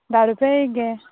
धा रुपया एक गे